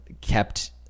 kept